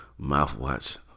mouthwatch